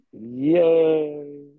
Yay